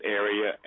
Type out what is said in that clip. area